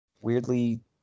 weirdly